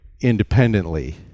independently